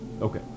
Okay